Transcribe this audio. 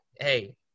hey